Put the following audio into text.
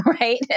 right